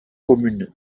communes